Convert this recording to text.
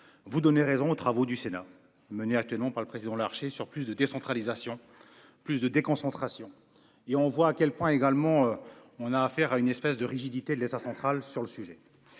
vous donner raison aux travaux du Sénat menée actuellement par le président Larché sur plus de décentralisation, plus de déconcentration et on voit à quel point également, on a affaire à une espèce de rigidité de l'État central sur le sujet.